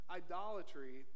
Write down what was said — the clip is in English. idolatry